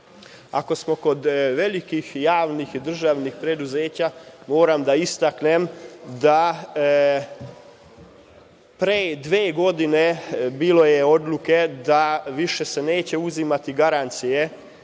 Ako smo kod velikih, javnih, državnih preduzeća, moram da istaknem da, pre dve godine bilo je odluke da više se neće uzimati garancije